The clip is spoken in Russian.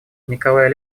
николай